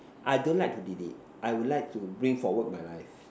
I don't like to delete I would like to bring forward my life